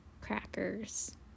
crackers